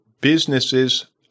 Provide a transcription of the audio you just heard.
businesses